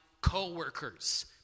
co-workers